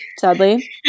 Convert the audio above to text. sadly